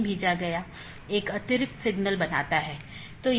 4 जीवित रखें मेसेज यह निर्धारित करता है कि क्या सहकर्मी उपलब्ध हैं या नहीं